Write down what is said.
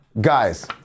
guys